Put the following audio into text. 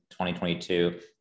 2022